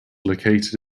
located